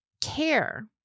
care